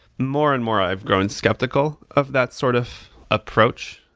more and more i've grown skeptical of that sort of approach.